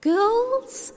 Girls